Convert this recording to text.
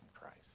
christ